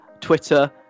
twitter